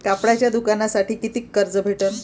कापडाच्या दुकानासाठी कितीक कर्ज भेटन?